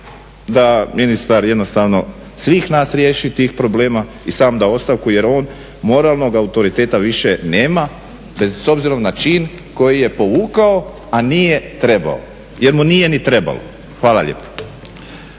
da ministar jednostavno svih nas riješi tih problema i sam da ostavku jer on moralnog autoriteta više nema s obzirom na čin koji je povukao, a nije trebao, jer mu nije ni trebalo. Hvala lijepo.